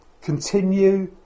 Continue